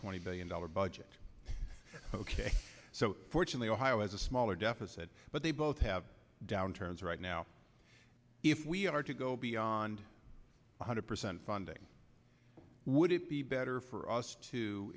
twenty billion dollars budget ok so fortunately ohio as a smaller deficit but they both have downturns right now if we are to go beyond one hundred percent funding would it be better for us to